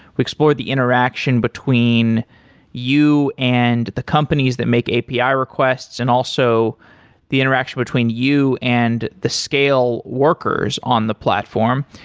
we explored the interaction between you and the companies that make api requests and also the interaction between you and the scale workers on the platform.